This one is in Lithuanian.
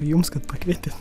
jums kad pakvietėt